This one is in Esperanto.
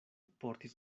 portis